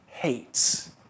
Hates